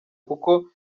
kuko